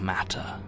Matter